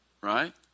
Right